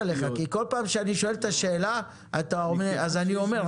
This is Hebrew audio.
פעם כשאני שואל את השאלה אתה אומר "אז אני אומר".